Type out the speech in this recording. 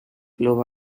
club